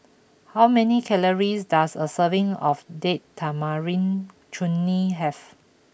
how many calories does a serving of Date Tamarind Chutney have